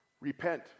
repent